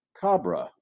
Cabra